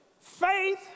Faith